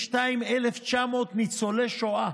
52,900 מהם ניצולי שואה,